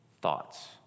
thoughts